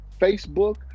Facebook